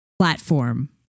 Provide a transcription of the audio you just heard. platform